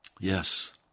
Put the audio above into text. Yes